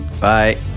Bye